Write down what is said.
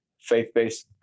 faith-based